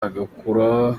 agakura